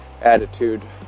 attitude